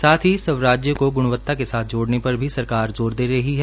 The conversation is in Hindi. साथ ही स्वराज्य को ग्णवत्ता के साथ्ज्ञ जोड़ने पर भी सरकार जोर दे रही है